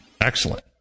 Excellent